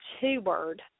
two-word